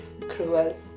cruel